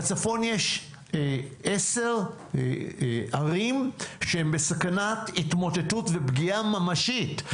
בצפון יש עשר ערים שהן בסכנת התמוטטות ופגיעה ממשית,